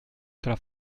cela